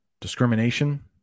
discrimination